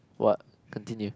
what continue